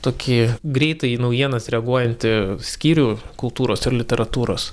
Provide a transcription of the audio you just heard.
tokį greitai į naujienas reaguojantį skyrių kultūros ir literatūros